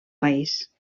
país